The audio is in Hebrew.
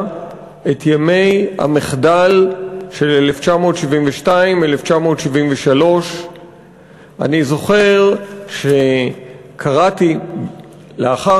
את ימי המחדל של 1972 1973. אני זוכר שקראתי לאחר